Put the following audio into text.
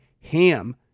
HAM